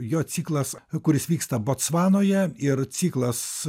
jo ciklas kuris vyksta botsvanoje ir ciklas